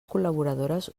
col·laboradores